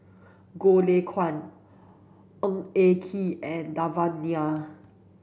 Goh Lay Kuan Ng Eng Kee and Devan Nair